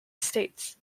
estates